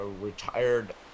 retired